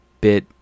bit